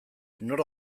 nork